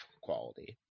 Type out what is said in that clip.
quality